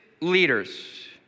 leaders